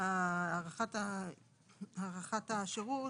הארכת השירות,